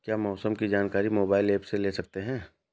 क्या मौसम की जानकारी मोबाइल ऐप से ले सकते हैं?